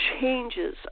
changes